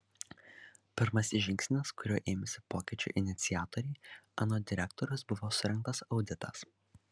pirmasis žingsnis kurio ėmėsi pokyčių iniciatoriai anot direktoriaus buvo surengtas auditas